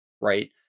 right